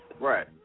Right